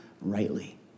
rightly